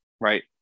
right